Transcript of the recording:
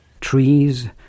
Trees